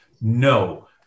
No